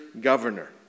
governor